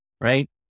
right